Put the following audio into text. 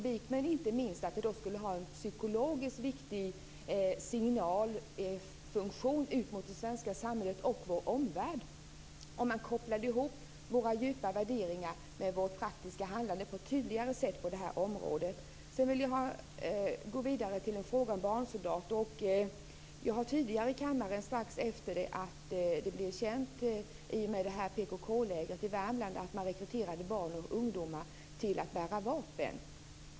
Det skulle inte minst vara en psykologiskt viktig signal ut mot det svenska samhället och vår omvärld. Man skulle alltså kunna koppla ihop våra djupa värderingar med vårt praktiska handlande på ett tydligare sätt på det här området. Jag vill gå vidare till frågan om barnsoldater. Jag har tagit upp den tidigare i kammaren, strax efter att det genom PKK-lägret i Värmland blev känt att man rekryterade barn och ungdomar till att bära vapen.